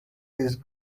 these